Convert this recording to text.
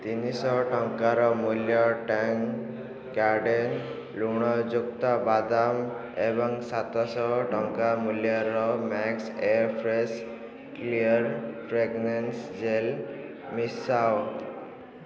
ତିନିଶହ ଟଙ୍କା ମୂଲ୍ୟର ଟଙ୍ଗ ଗାର୍ଡ଼େନ୍ ଲୁଣଯୁକ୍ତ ବାଦାମ ଏବଂ ସାତଶହ ଟଙ୍କା ମୂଲ୍ୟର Max air fresh clear fragrance gel ମିଶାଅ